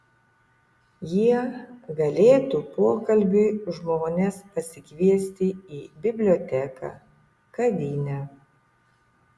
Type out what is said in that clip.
jie galėtų pokalbiui žmones pasikviesti į biblioteką kavinę